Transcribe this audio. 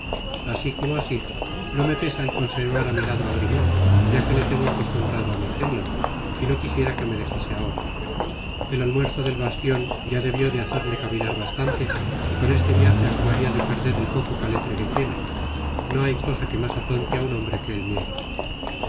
asi como asi no me pesa el conservar á mi lado á grimaud ya le tengo acostumbrado á mi genio y no quisiera que me dejase ahora el almuerzo del bastion ya debió de hacerle cavilar bastante y con este viaje acabaña de perder el poco caletre que tiene no hay cosa que mas atonte á un hombre que el miedo